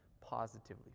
positively